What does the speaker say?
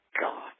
God